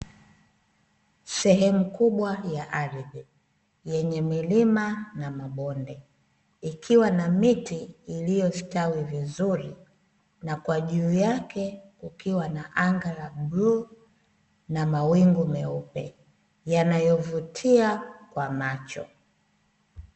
Sehemu kubwa ya ardhi, yenye milima na mabonde ikiwa na miti iliyostawi vizuri na kwa juu yake kukiwa na anga la bluu na mawingu meupe, yanayovutia kwa macho.